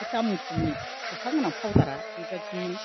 बे दाम खमनि कटा गोनां फावदारआ बेबादिमोन